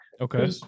Okay